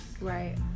right